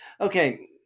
Okay